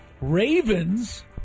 Ravens